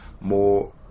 more